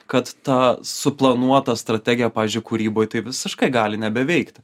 kad ta suplanuota strategija pavyzdžiui kūryboj tai visiškai gali nebeveikti